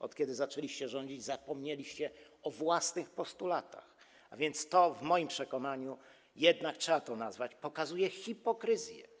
Od kiedy zaczęliście rządzić, zapomnieliście o własnych postulatach, więc w moim przekonaniu - jednak trzeba to tak nazwać - pokazuje to hipokryzję.